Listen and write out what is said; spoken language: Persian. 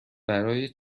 برای